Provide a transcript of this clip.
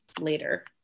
later